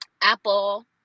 Apple